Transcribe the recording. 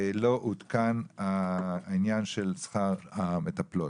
לא עודכן העניין של שכר המטפלות?